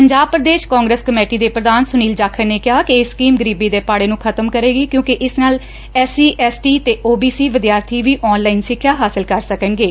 Punjab Pradesh Congress committee ਦੇ ਪੁਧਾਨ ਸੁਨੀਲ ਜਾਖੜ ਨੇ ਕਿਹਾ ਕਿ ਇਹ ਸਕੀਮ ਗਰੀਬੀ ਦੇ ਪਾੜੇ ਨੰ ਖਤਮ ਕਰੇਗੀ ਕਿਉਕਿ ਇਸ ਨਾਲ ਐਸਸੀਐਸਟੀ ਤੇ ਓਬੀਸੀ ਵਿਦਿਆਰਬੀ ਵੀ ਆਨਲਾਈਨ ਸਿੱਖਿਆ ਹਾਸਲ ਕਰ ਸਕਣਗੇ